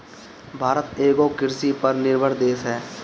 भारत एगो कृषि पर निर्भर देश ह